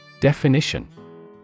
Definition